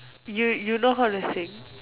you you know how to sing